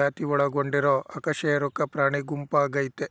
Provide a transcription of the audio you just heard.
ಜಾತಿ ಒಳಗೊಂಡಿರೊ ಅಕಶೇರುಕ ಪ್ರಾಣಿಗುಂಪಾಗಯ್ತೆ